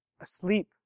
Asleep